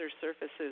surfaces